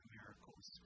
miracles